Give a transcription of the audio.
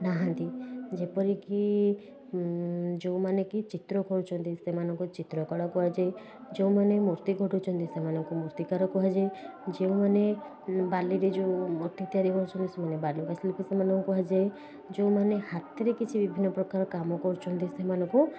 ନାହାଁନ୍ତି ଯେପରି କି ଯେଉଁମାନେ କି ଚିତ୍ର କରୁଛନ୍ତି ସେମାନଙ୍କୁ ଚିତ୍ରକଳା କୁହାଯାଏ ଯେଉଁମାନେ ମୂର୍ତ୍ତି ଗଢୁଛନ୍ତି ସେମାନଙ୍କୁ ମୂର୍ତ୍ତିକାର କୁହାଯାଏ ଯେଉଁମାନେ ବାଲିରେ ଯେଉଁ ମୂର୍ତ୍ତି ତିଆରି କରୁଛନ୍ତି ସେମାନେ ବାଲୁକା ଶିଳ୍ପୀ ସେମାନଙ୍କୁ କୁହାଯାଏ ଯେଉଁମାନେ ହାତରେ କିଛି ବିଭିନ୍ନ ପ୍ରକାର କାମ କରୁଛନ୍ତି ସେମାନଙ୍କୁ